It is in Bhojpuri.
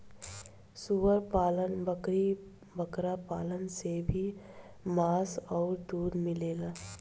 सूअर पालन, बकरी बकरा पालन से भी मांस अउरी दूध मिलेला